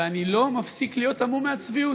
ואני לא מפסיק להיות המום מהצביעות.